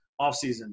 offseason